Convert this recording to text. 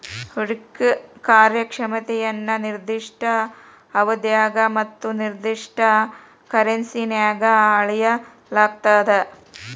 ಹೂಡ್ಕಿ ಕಾರ್ಯಕ್ಷಮತೆಯನ್ನ ನಿರ್ದಿಷ್ಟ ಅವಧ್ಯಾಗ ಮತ್ತ ನಿರ್ದಿಷ್ಟ ಕರೆನ್ಸಿನ್ಯಾಗ್ ಅಳೆಯಲಾಗ್ತದ